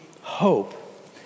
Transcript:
hope